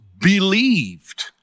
believed